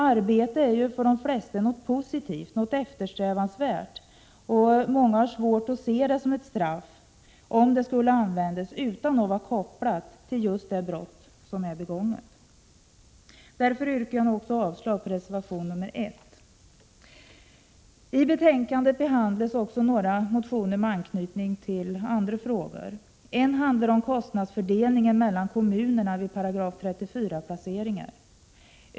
Arbete är ju för de flesta något positivt, något eftersträvansvärt, och många har svårt att se arbetet som ett straff om detta inte skulle vara kopplat till just det brott som är begånget. Därför yrkar jag avslag också på reservation 1. I betänkandet behandlas även några motioner med anknytning till andra frågor. En handlar om kostnadsfördelningen mellan kommunerna vid § 34-placeringar.